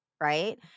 Right